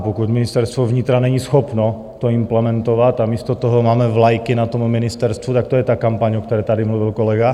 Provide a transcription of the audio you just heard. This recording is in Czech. Pokud Ministerstvo vnitra není schopno to implementovat a místo toho máme vlajky na ministerstvu, tak to je ta kampaň, o které tady mluvil kolega.